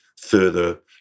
further